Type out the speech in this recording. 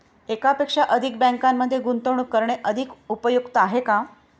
एकापेक्षा अधिक बँकांमध्ये गुंतवणूक करणे अधिक उपयुक्त आहे का?